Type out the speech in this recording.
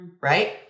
right